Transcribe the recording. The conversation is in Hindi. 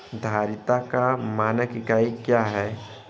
धारिता का मानक इकाई क्या है?